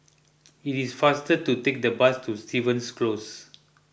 it is faster to take the bus to Stevens Close